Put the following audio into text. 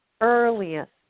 earliest